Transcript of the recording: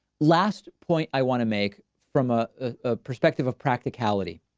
last point i want to make from ah a perspective of practicality.